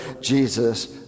Jesus